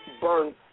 burn